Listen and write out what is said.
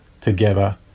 together